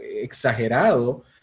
exagerado